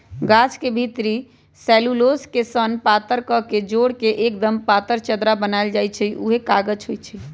गाछ के भितरी सेल्यूलोस के सन पातर कके जोर के एक्दम पातर चदरा बनाएल जाइ छइ उहे कागज होइ छइ